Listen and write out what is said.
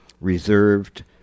reserved